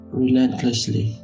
relentlessly